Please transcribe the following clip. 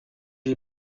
est